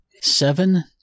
Seven